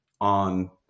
on